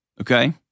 Okay